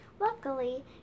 Luckily